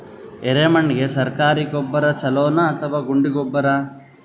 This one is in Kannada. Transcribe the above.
ಎರೆಮಣ್ ಗೆ ಸರ್ಕಾರಿ ಗೊಬ್ಬರ ಛೂಲೊ ನಾ ಅಥವಾ ಗುಂಡಿ ಗೊಬ್ಬರ?